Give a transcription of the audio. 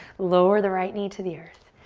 lower the right knee to the earth.